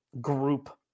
group